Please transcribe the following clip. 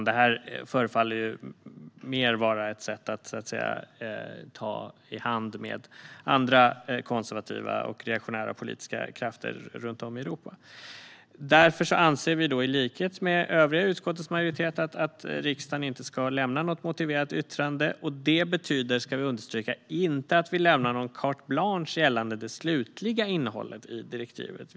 Detta förefaller snarare vara ett sätt att så att säga ta i hand med andra konservativa och reaktionära politiska krafter runt om i Europa. Därför anser vi i likhet med utskottets majoritet att riksdagen inte ska lämna något motiverat yttrande. Det betyder, ska vi understryka, inte att vi lämnar carte blanche gällande det slutliga innehållet i direktivet.